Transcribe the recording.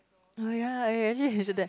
oh ya eh actually we should do that